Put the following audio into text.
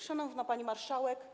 Szanowna Pani Marszałek!